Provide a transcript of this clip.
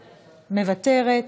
מוותרת,